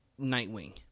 Nightwing